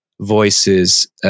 voices